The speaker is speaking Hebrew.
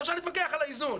אפשר להתווכח על האיזון,